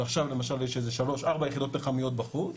ועכשיו למשל יש איזה שלוש-ארבע יחידות פחמיות בחוץ,